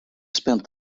spent